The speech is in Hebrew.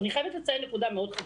אני חייבת לציין נקודה מאוד חשובה.